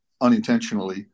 unintentionally